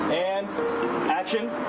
and action!